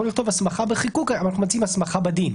לכתוב "הסמכה בחיקוק" אנחנו מציעים "הסמכה בדין".